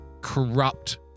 corrupt